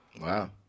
wow